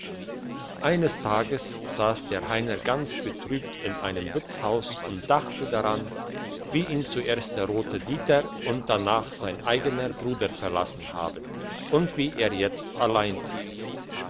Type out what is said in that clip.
eines tages sass der heiner ganz betrübt in einem wirtshaus und dachte daran wie ihn zuerst der rote dieter und danach sein eigener bruder verlassen haben und wie er jetzt allein ist